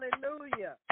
hallelujah